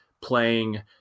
playing